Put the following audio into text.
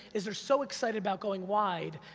is there's so excited about going wide,